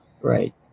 right